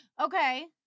Okay